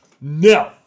No